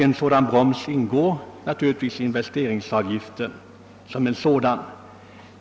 En sådan broms kan naturligtvis investeringsavgiften utgöra.